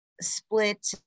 split